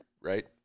right